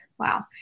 Wow